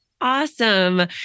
Awesome